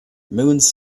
moons